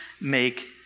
make